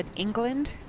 and england,